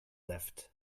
left